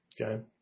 Okay